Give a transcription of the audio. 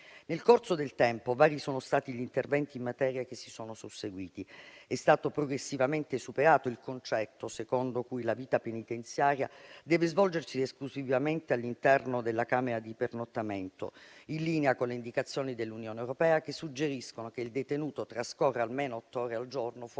Nel corso del tempo, vari sono stati gli interventi in materia che si sono susseguiti. È stato progressivamente superato il concetto secondo cui la vita penitenziaria deve svolgersi esclusivamente all'interno della camera di pernottamento, in linea con le indicazioni dell'Unione europea, che suggeriscono che il detenuto trascorra almeno otto ore al giorno fuori